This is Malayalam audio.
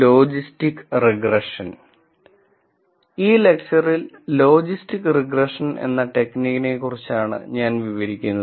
ലോജിസ്റ്റിക് റിഗ്രഷൻ ഈ ലെക്ച്ചറിൽ ലോജിസ്റ്റിക് റിഗ്രഷൻ എന്ന ടെക്നിക്കിനെക്കുറിച്ചാണ് ഞാൻ വിവരിക്കുന്നത്